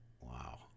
Wow